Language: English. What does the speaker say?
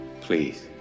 Please